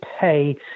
pay